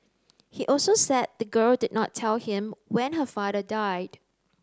he also said the girl did not tell him when her father died